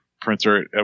printer